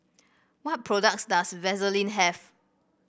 what products does Vaselin have